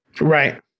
Right